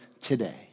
today